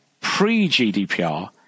pre-GDPR